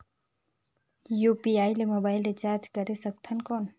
UPI ले mobile recharge करे सकथन कौन?